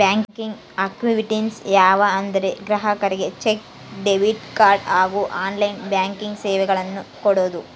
banking activities ಯಾವ ಅಂದರೆ ಗ್ರಾಹಕರಿಗೆ ಚೆಕ್, ಡೆಬಿಟ್ ಕಾರ್ಡ್ ಹಾಗೂ ಆನ್ಲೈನ್ ಬ್ಯಾಂಕಿಂಗ್ ಸೇವೆಗಳನ್ನು ಕೊಡೋದು